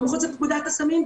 הוא מחוץ לפקודת הסמים,